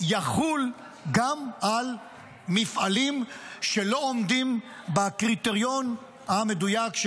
יחול גם על מפעלים שלא עומדים בקריטריון המדויק,